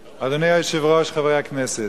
היושב-ראש, חברי הכנסת,